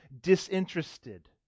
disinterested